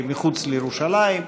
היא מחוץ לירושלים.